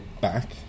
back